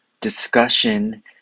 discussion